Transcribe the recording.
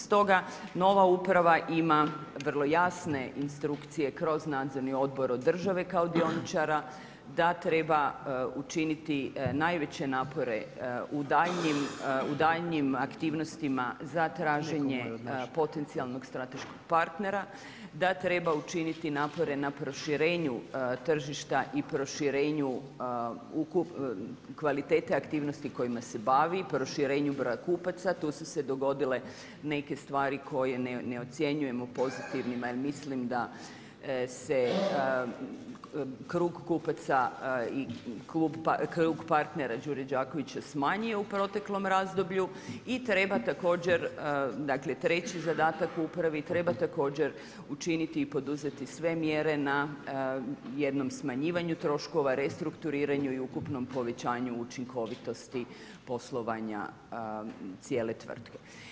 Stoga nova uprava ima vrlo jasne instrukcije kroz nadzorni odbor od države kao dioničara da treba učiniti najveće napore u daljnjim aktivnostima za traženje potencijalnog strateškog partnera, da treba učiniti napore na proširenju tržišta i proširenju kvalitete aktivnosti kojima se bavi, proširenju broja kupaca, tu su se dogodile neke stvari koje ne ocjenjujemo pozitivnima jer mislim da se krug kupaca i krug partnera Đure Đakovića smanjio u proteklom razdoblju i treba također, dakle treći zadataka upravi, treba također učini i poduzeti sve mjere na jednom smanjivanju troškova, restrukturiranju i ukupnom povećanju učinkovitosti poslovanja cijele tvrtke.